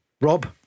Rob